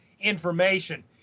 information